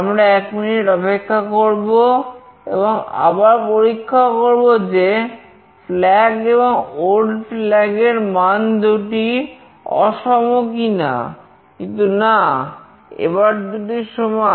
আমরা এক মিনিট অপেক্ষা করবো এবং আবার পরীক্ষা করব যে flag এবং old flag এর মান দুটি অসম কিনা কিন্তু না এবার এরা দুটি সমান